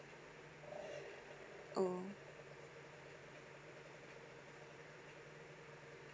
oh